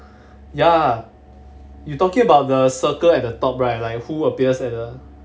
ya you talking about the circle at the top right like who appears at the